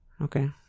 Okay